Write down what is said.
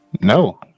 No